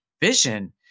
vision